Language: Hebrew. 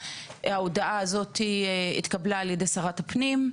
ההודעה הזאת התקבלה על ידי שרת הפנים,